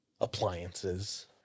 appliances